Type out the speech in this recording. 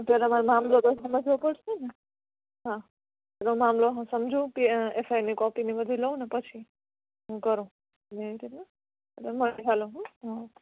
પહેલાં મારે મામલો તો સમજવો પડશે ને હા પહેલો મામલો હું સમજું પી એફઆઈઆરની કોપી ને બધું લઉં ને પછી હું કરું મેં એમ કીધું હા મળીએ હાલો હોં હં